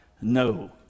No